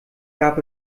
gab